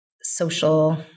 social